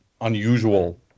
unusual